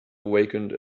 awakened